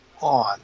on